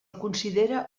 considera